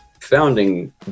founding